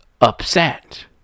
upset